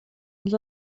ens